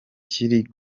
kiri